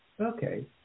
Okay